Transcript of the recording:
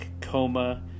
Coma